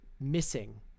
missing